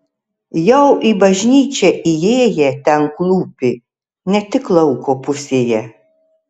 jau į bažnyčią įėję ten klūpi ne tik lauko pusėje